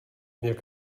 jak